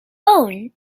own